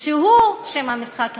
שהוא שם המשחק האמיתי.